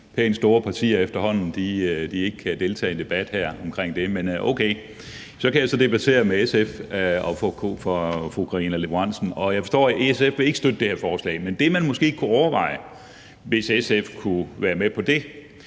pænt store partier ikke kan deltage i en debat om det, men okay, så kan jeg debattere med SF og fru Karina Lorentzen Dehnhardt. Jeg forstår, at SF ikke vil støtte det her forslag, men det, man måske kunne overveje, hvis SF kunne være med på det,